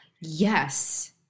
Yes